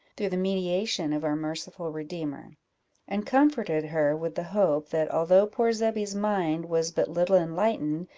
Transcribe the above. through the mediation of our merciful redeemer and comforted her with the hope, that although poor zebby's mind was but little enlightened,